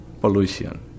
pollution